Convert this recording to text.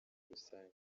rusange